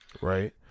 Right